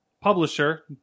publisher